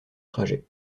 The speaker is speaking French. trajets